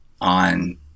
on